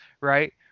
right